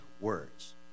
words